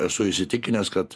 esu įsitikinęs kad